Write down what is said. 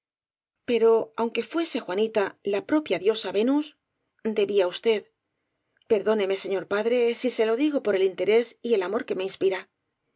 pero aunque fuese juanita la propia diosa venus debía usted perdóneme señor padre si se lo digo por el interés y el amor que me inspira